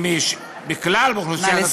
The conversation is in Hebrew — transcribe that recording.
אם מכלל אוכלוסיית התלמידים,